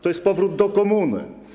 To jest powrót do komuny.